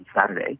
Saturday